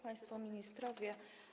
Państwo Ministrowie!